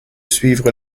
suivre